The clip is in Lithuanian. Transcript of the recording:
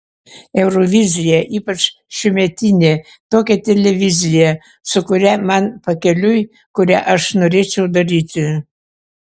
eurovizija ypač šiųmetinė tokia televizija su kuria man pakeliui kurią aš norėčiau daryti